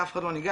אף אחד לא ניגש,